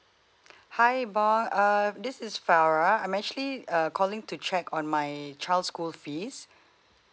hi bob uh this is farah I'm actually uh calling to check on my child's school fees